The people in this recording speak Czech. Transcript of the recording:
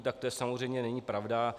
Tak to samozřejmě není pravda.